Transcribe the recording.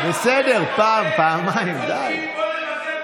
בגיור רפורמי אתה תיתן לה?